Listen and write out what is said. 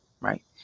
Right